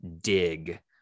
dig